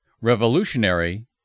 revolutionary